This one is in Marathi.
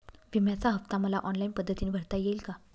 विम्याचा हफ्ता मला ऑनलाईन पद्धतीने भरता येईल का?